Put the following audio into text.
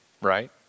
Right